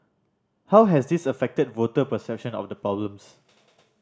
how has this affected voter perception of the problems